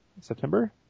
September